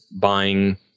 buying